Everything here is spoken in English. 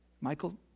Michael